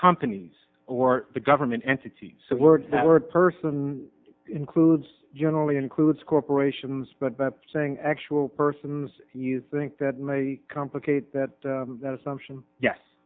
companies or the government entities words that were person includes generally includes corporations but saying actual persons you think that may complicate that that assumption yes